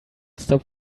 stop